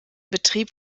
betrieb